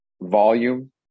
volume